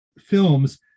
films